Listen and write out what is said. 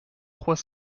trois